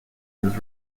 his